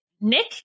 Nick